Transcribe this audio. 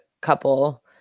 couple